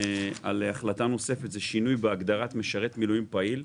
החלטה נוספת היא שינוי בהגדרת משרת מילואים פעיל.